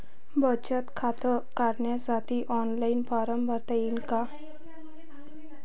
बचत खातं काढासाठी ऑफलाईन फारम भरता येईन का?